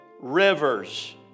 Rivers